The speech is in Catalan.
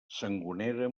sangonera